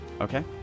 Okay